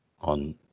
on